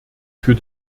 für